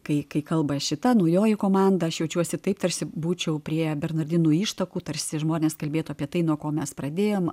kai kalba šita naujoji komanda aš jaučiuosi taip tarsi būčiau prie bernardinų ištakų tarsi žmonės kalbėtų apie tai nuo ko mes pradėjom